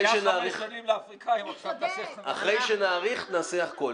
לא, אחרי שנאריך נעשה הכול.